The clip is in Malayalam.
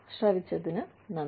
ശ്രവിച്ചതിനു നന്ദി